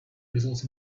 results